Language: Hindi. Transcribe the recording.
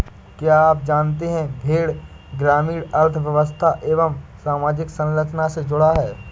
क्या आप जानते है भेड़ ग्रामीण अर्थव्यस्था एवं सामाजिक संरचना से जुड़ा है?